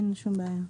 ואין שום בעיה.